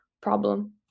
problem